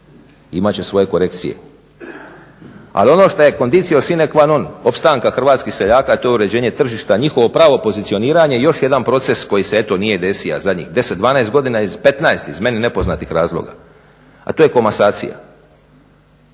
imat će svoje korekcije. Ali ono što je conditio sine qua non opstanka hrvatskih seljaka to je uređenje tržišta, njihovo pravo pozicioniranje i još jedan proces koji se nije desio zadnjih 10, 12 godina 15 iz meni nepoznatih razloga, a to je komasacija.